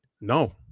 No